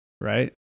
right